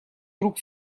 друг